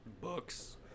Books